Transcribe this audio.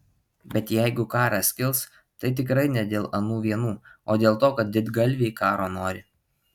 bet jeigu karas kils tai tikrai ne dėl anų vienų o dėl to kad didgalviai karo nori